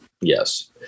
Yes